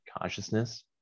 consciousness